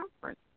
conference